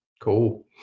Cool